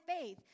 faith